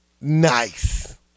Nice